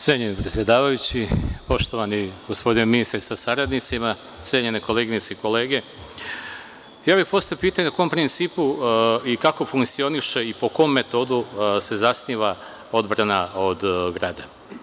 Cenjeni predsedavajući, poštovani gospodine ministre sa saradnicima, cenjene koleginice i kolege, ja bih postavio pitanje po kom principu i kako funkcioniše i po kom metodu se zasniva odbrana od grada?